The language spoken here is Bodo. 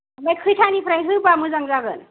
आमफ्राय खैटानिफ्राय होबा मोजां जागोन